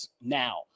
now